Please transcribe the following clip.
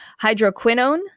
Hydroquinone